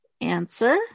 answer